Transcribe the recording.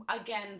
again